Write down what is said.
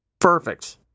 Perfect